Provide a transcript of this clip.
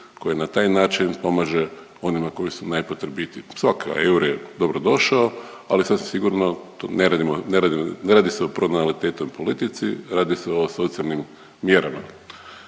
koje na taj način pomaže onima koji su najpotrebitiji. Svaki euro je dobrodošao, ali sasvim sigurno tu ne radimo, ne radi, ne radi se o pronatalitetnoj polici radi se o socijalnim mjerama.